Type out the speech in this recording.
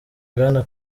bwana